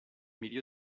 milieu